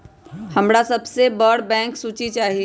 हमरा सबसे बड़ बैंक के सूची चाहि